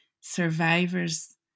survivors